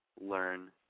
learn